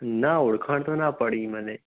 ના ઓળખાણ તો ના પડી મને